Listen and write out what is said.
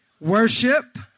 Worship